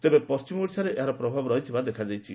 ତେବେ ପଣ୍କିମ ଓଡ଼ିଶାରେ ଏହାର ପ୍ରଭାବ ରହିଥିବା ଦେଖାଦେଇଛି